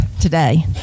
today